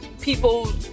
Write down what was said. people